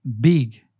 big